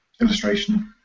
illustration